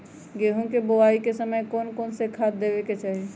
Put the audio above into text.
गेंहू के बोआई के समय कौन कौन से खाद देवे के चाही?